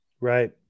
Right